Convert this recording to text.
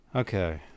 Okay